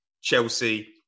Chelsea